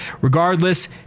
regardless